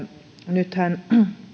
nythän